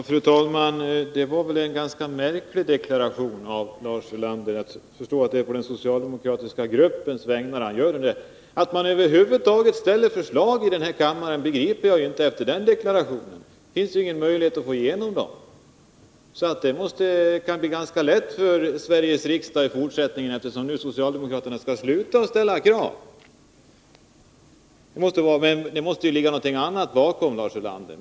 Fru talman! Det var en ganska märklig deklaration som Lars Ulander avgav. Jag förstår att det är på den socialdemokratiska gruppens vägnar han gjorde det. Efter den deklarationen begriper jag inte att man över huvud taget ställer förslag i den här kammaren. Det finns ju ingen möjlighet att få igenom dem. Det blir tydligen ganska lätt för Sveriges riksdag i fortsättningen, eftersom socialdemokraterna skall sluta med att ställa krav. Det måste ligga något annat bakom, Lars Ulander.